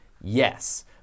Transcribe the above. Yes